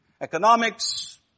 economics